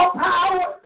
power